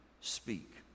speak